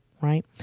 right